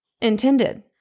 intended